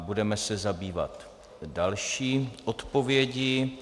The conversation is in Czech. Budeme se zabývat další odpovědí.